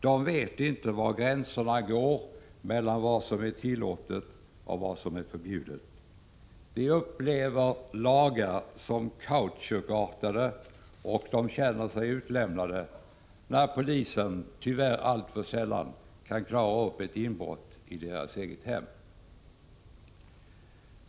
De vet inte var gränserna går mellan vad som är tillåtet och vad som är förbjudet. De upplever lagar som kautschukartade, och de känner sig utlämnade, eftersom polisen sällan — tyvärr alltför sällan — kan klara upp ett inbrott i deras eget hem.